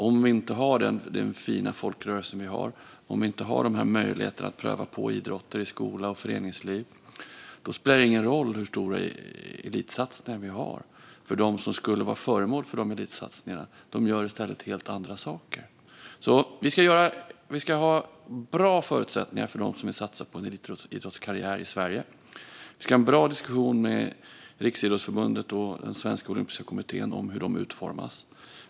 Om vi inte har den fina folkrörelse som vi har och om det inte finns möjligheter att pröva på idrotter i skola och föreningsliv spelar det ingen roll hur stora elitsatsningar vi har. De som skulle vara föremål för de elitsatsningarna skulle nämligen i så fall göra helt andra saker i stället. Vi ska ha bra förutsättningar för dem som vill satsa på en elitidrottskarriär i Sverige. Vi ska ha en bra diskussion med Riksidrottsförbundet och Sveriges Olympiska Kommitté om hur detta utformas.